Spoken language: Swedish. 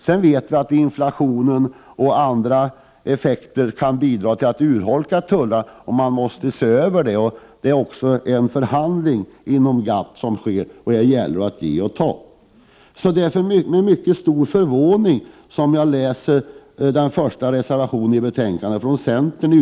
Sedan har inflationen och andra förhållanden gjort att tullarna har urholkats. Därför måste tullsatserna ses över. Det pågår nu en förhandling här om inom GATT, och där gäller det att ge och ta. Det är därför med mycket stor förvåning som jag läser den första reservationen i betänkandet från centerpartiet.